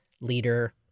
leader